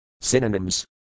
Synonyms